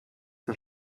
der